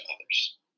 others